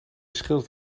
schildert